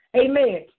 amen